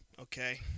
Okay